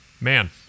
Man